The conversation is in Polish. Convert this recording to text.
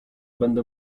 będę